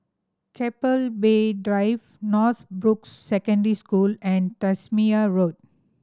Keppel Bay Drive Northbrooks Secondary School and Tasmania Road